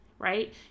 Right